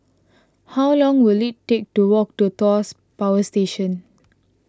how long will it take to walk to Tuas Power Station